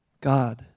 God